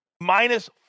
Minus